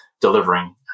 delivering